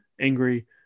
angry